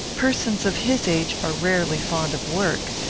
persons of his age are rarely fond of work,